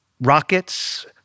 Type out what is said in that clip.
rockets